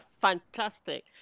fantastic